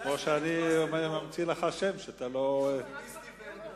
אבל זה כמו שאני ממציא לך שם שאתה לא, אל, גלעד.